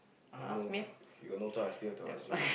oh no you got no choice I still have to ask you